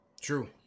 True